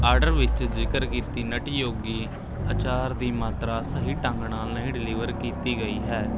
order ਵਿੱਚ ਜ਼ਿਕਰ ਕੀਤੀ ਨਟੀ ਯੋਗੀ ਅਚਾਰ ਦੀ ਮਾਤਰਾ ਸਹੀ ਢੰਗ ਨਾਲ ਨਹੀਂ ਡਿਲੀਵਰ ਕੀਤੀ ਗਈ ਹੈ